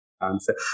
answer